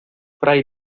fray